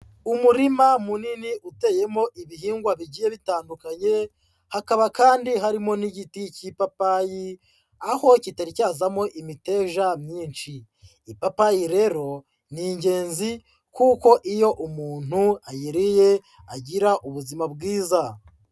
Umurima munini uteyemo ibihingwa bigiye bitandukanye hakaba kandi harimo n'igiti cy'ipapayi aho kitari cyavamo imiteja myinshi. Ipapayi rero ni ingenzi kuko iyo umuntu ayiriye agira ubuzima bwiza.